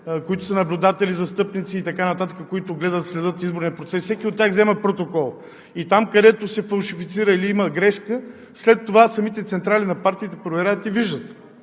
които са наблюдатели, застъпници, които следят изборния процес. Всеки от тях взема протокола. Там, където се фалшифицира или има грешка, след това самите централи на партиите проверяват и виждат,